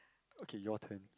okay your turn